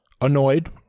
annoyed